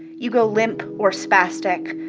you go limp or spastic,